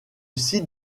site